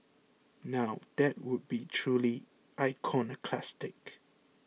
now that would be truly iconoclastic